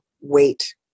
wait